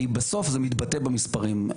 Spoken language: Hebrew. כי בסוף זה מתבטא במספרים.